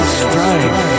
strife